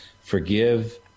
forgive